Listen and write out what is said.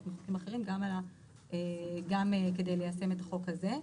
בנושאים אחרים גם כדי ליישם את החוק הזה.